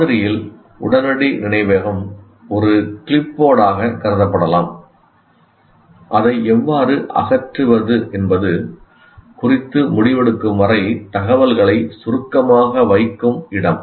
மாதிரியில் உடனடி நினைவகம் ஒரு கிளிப்போர்டாக கருதப்படலாம் அதை எவ்வாறு அகற்றுவது என்பது குறித்து முடிவெடுக்கும் வரை தகவல்களை சுருக்கமாக வைக்கும் இடம்